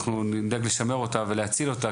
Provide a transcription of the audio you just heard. אנחנו נדאג לשמר אותה ולהציל אותה,